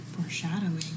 foreshadowing